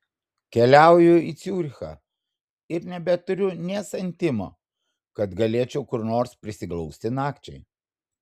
keliauju į ciurichą ir nebeturiu nė santimo kad galėčiau kur nors prisiglausti nakčiai